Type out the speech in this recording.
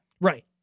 Right